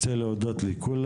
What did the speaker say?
אני רוצה להודות לכולם.